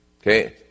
Okay